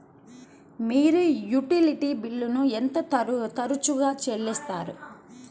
మీరు యుటిలిటీ బిల్లులను ఎంత తరచుగా చెల్లిస్తారు?